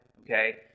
okay